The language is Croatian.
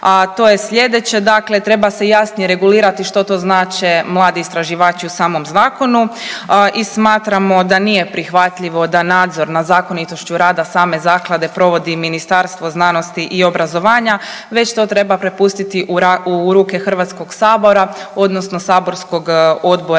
a to je sljedeće dakle, treba se jasnije regulirati što to znače mladi istraživači u samom zakonu i smatramo da nije prihvatljivo da nadzor nad zakonitošću rada same zaklade provodi Ministarstvo znanosti i obrazovanja, već to treba prepustiti u ruke HS-a odnosno saborskog Odbora